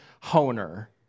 Honer